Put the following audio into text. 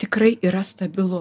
tikrai yra stabilu